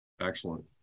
Excellent